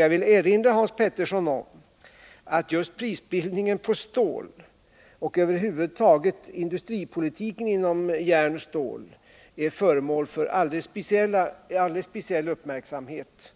Jag vill erinra Hans Petersson om att just prisbildningen på stål och över huvud taget industripolitiken inom järnoch stålområdet är föremål för alldeles speciell uppmärksamhet